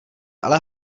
ale